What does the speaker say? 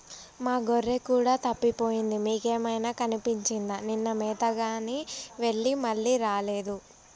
మా గొర్రె కూడా తప్పిపోయింది మీకేమైనా కనిపించిందా నిన్న మేతగాని వెళ్లి మళ్లీ రాలేదు